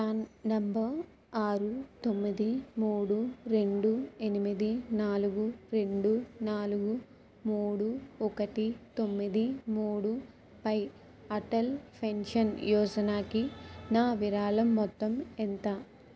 PRAN number ఆరు తొమ్మిది మూడు రెండు ఎనిమిది నాలుగు రెండు నాలుగు మూడు ఒకటి తొమ్మిది మూడు పై అటల్ పెన్షన్ యోజనాకి నా విరాళం మొత్తం ఎంత